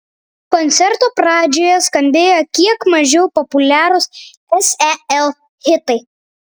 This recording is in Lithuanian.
koncerto pradžioje skambėjo kiek mažiau populiarūs sel hitai